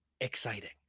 Exciting